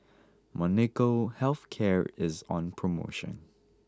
Molnylcke health care is on promotion